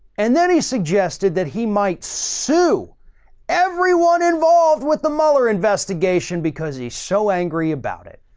and then he suggested that he might sue everyone involved with the mueller investigation because he's so angry about it.